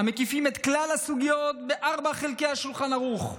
המקיפים את כלל הסוגיות בארבעת חלקי השולחן ערוך,